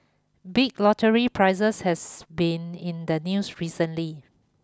big lottery prizes has been in the news recently